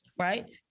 right